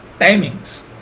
timings